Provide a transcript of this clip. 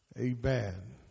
Amen